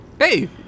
Hey